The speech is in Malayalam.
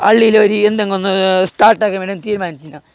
അള്ളിയിൽ ഒരു എന്തെങ്കിയൊന്നു സ്റ്റാര്ട്ടാക്കാന് വേണ്ടിയൊന്ന് തീരുമാനിച്ചീന്ന